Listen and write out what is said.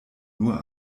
nur